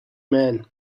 men